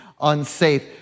unsafe